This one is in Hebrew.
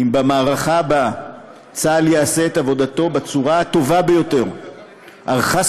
אם במערכה הבאה צה"ל יעשה את עבודתו בצורה הטובה ביותר אך חס